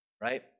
Right